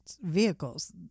vehicles